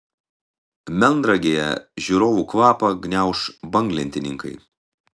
melnragėje žiūrovų kvapą gniauš banglentininkai